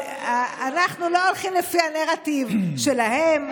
ואנחנו לא הולכים לפי הנרטיב שלהם.